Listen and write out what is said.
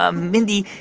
ah mindy,